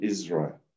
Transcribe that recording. Israel